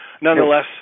nonetheless